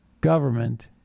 government